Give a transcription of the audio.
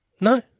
No